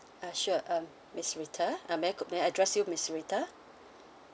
ah sure um miss rita uh may I cou~ may I address you miss rita